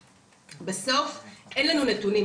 בסוף, אין לנו נתונים.